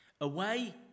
away